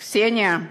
קסניה,